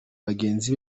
bagenzi